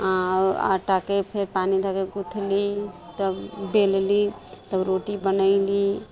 आटाकेँ फेर पानी धऽ कऽ गुँथली तब बेलली तब रोटी बनयली